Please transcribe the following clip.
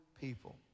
people